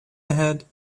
ahead